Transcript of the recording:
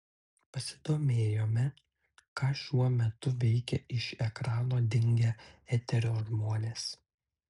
pasidomėjome ką šiuo metu veikia iš ekrano dingę eterio žmonės